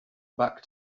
back